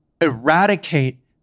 eradicate